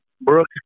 Brooks